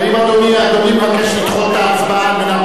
האם אדוני מבקש לדחות את ההצבעה?